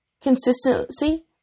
Consistency